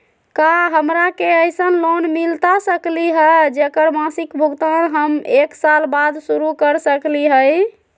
का हमरा के ऐसन लोन मिलता सकली है, जेकर मासिक भुगतान हम एक साल बाद शुरू कर सकली हई?